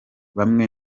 bamwe